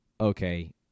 okay